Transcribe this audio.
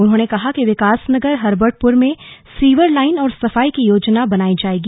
उन्होंने कहा कि विकासनगर हर्बटपुर में सीवर लाईन और सफाई की योजना बनाई जायेगी